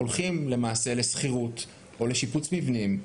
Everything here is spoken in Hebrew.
הולכים למעשה לשכירות או לשיפוץ מבנים.